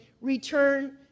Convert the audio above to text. return